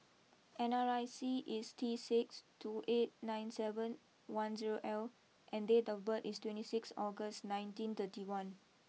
N R I C is T six two eight nine seven one zero L and date of birth is twenty six August nineteen thirty one